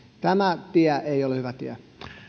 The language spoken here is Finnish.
tämä tie ei ole hyvä tie